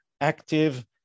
active